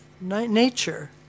nature